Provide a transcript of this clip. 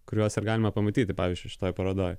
kuriuos ir galima pamatyti pavyzdžiui šitoj parodoj